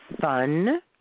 fun